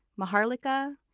maharlika,